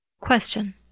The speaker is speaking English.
Question